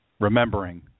remembering